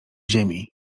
ziemi